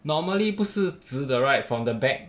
normally 不是直的 right from the back